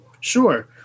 Sure